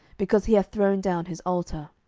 because he hath thrown down his altar.